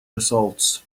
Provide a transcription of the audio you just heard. results